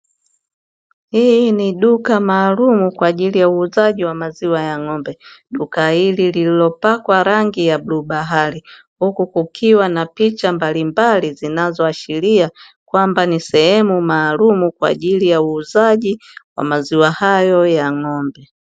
Hili ni duka maalumu kwa ajili ya uuzaji wa maziwa ya ng'ombe. Duka hili lililo pakwa rangi ya bluu bahari, huku kukiwa na picha mbalimbali, zinazoashiria kwamba ni sehemu maalumu kwa ajili ya uuzaji wa maziwa hayo ya ng'ombe.